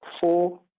four